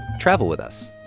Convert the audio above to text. travel with us.